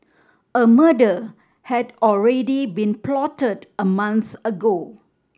a murder had already been plotted a month ago